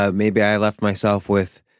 ah maybe i left myself with.